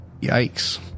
Yikes